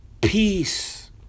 Peace